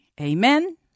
Amen